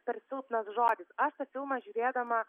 per silpnas žodis aš tą filmą žiūrėdama